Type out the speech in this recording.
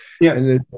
yes